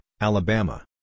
Alabama